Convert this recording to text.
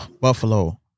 Buffalo